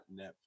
Netflix